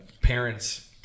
parents